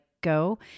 go